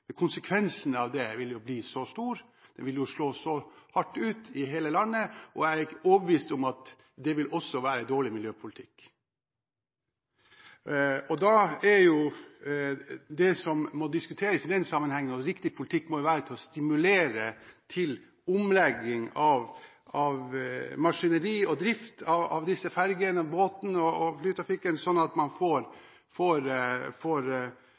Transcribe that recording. Konsekvensene av det ville bli så store, det ville slå så hardt ut i hele landet, og jeg er overbevist om at det også vil være dårlig miljøpolitikk. Det er det som må diskuteres i den sammenheng. Riktig politikk må være å stimulere til omlegging av maskineri og drift av disse ferjene, båtene og flytrafikken, slik at man får